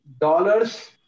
dollars